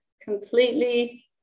completely